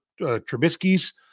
Trubisky's